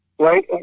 Right